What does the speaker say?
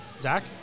Zach